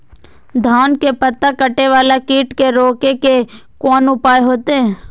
धान के पत्ता कटे वाला कीट के रोक के कोन उपाय होते?